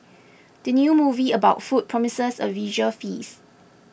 the new movie about food promises a visual feast